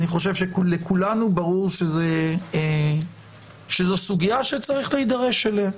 אני חושב שלכולנו ברור שזו סוגיה שצריך להידרש אליה,